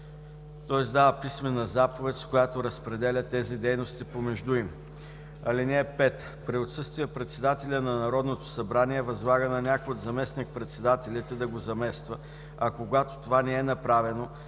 той издава писмена заповед, с която разпределя тези дейности помежду им. (5) При отсъствие председателят на Народното събрание възлага на някой от заместник-председателите да го замества, а когато това не е направено,